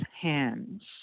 hands